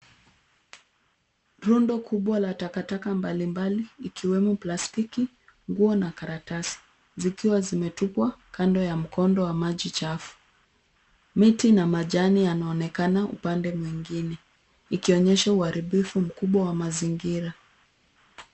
Rundo kubwa la takataka mbalimbali ikiwemo plastiki, nguo na karatasi, zikiwa zimetupwa kanda mkondo wa maji chafu. Miti na majani yanaonekana upande mwingine, ikionyesha uharibifu mkubwa wa mazingira.